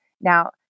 Now